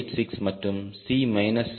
86 மற்றும் C minus 0